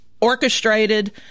orchestrated